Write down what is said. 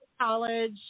college